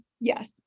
yes